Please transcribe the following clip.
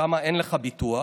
שם אין לך ביטוח,